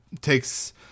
takes